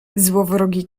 złowrogi